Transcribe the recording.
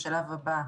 בשלב הבא,